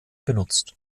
benutzt